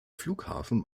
flughafen